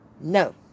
No